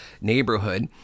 neighborhood